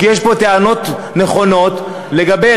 כי יש פה טענות נכונות לגבי,